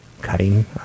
Cutting